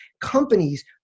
companies